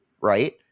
right